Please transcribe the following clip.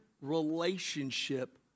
relationship